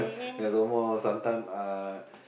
ya some more sometimes uh